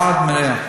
בעד מליאה.